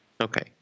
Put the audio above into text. Okay